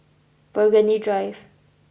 Burgundy Drive